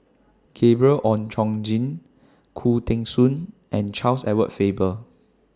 Gabriel Oon Chong Jin Khoo Teng Soon and Charles Edward Faber